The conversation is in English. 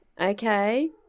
Okay